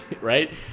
Right